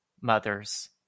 mothers